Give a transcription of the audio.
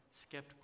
skeptical